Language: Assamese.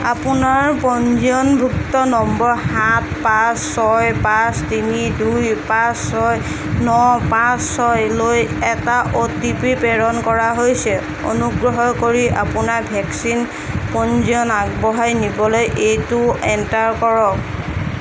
আপোনাৰ পঞ্জীয়নভুক্ত নম্বৰ সাত পাঁচ ছয় পাঁচ তিনি দুই পাঁচ ছয় ন পাঁচ ছয়লৈ এটা অ' টি পি প্ৰেৰণ কৰা হৈছে অনুগ্ৰহ কৰি আপোনাৰ ভেকচিন পঞ্জীয়ন আগবঢ়াই নিবলৈ এইটো এণ্টাৰ কৰক